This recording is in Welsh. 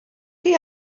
chi